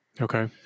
Okay